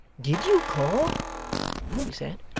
did you call he said.